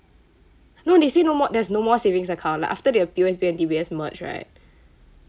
no they say no more there's no more savings account like after the P_O_S_B and D_B_S merge right